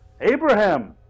Abraham